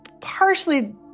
partially